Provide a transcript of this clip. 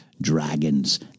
dragons